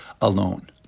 alone